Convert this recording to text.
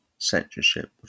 censorship